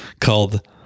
called